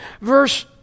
Verse